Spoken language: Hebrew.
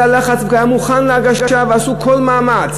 היה לחץ והיה מוכן להגשה ועשו כל מאמץ